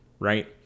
right